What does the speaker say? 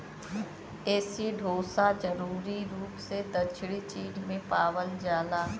एसिडोसा जरूरी रूप से दक्षिणी चीन में पावल जाला